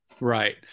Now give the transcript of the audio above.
Right